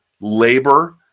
labor